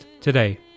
today